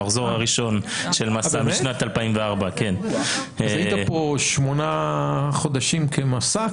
המחזור הראשון של 'מסע' משנת 2004. היית פה שמונה חודשים כ'מסע'?